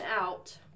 out